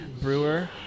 brewer